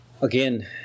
Again